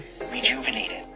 rejuvenated